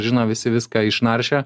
žino visi viską išnaršę